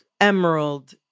emerald